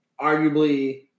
arguably